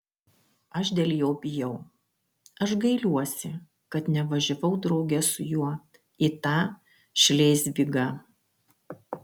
aš dėl jo bijau aš gailiuosi kad nevažiavau drauge su juo į tą šlėzvigą